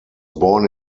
born